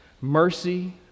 Mercy